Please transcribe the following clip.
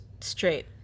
straight